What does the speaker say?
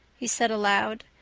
he said aloud,